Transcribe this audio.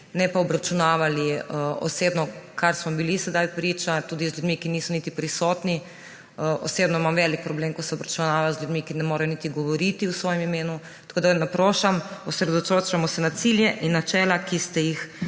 ne pa obračunavali osebno, čemur smo bili sedaj priča, tudi z ljudmi, ki niso niti prisotni. Osebno imam velik problem, ko se obračunava z ljudmi, ki ne morejo niti govoriti v svojem imenu, tako da naprošam, osredotočamo se na cilje in načela, ki ste jih